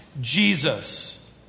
Jesus